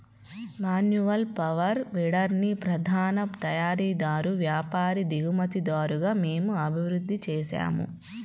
manual power వీడర్ని ప్రధాన తయారీదారు, వ్యాపారి, దిగుమతిదారుగా మేము అభివృద్ధి చేసాము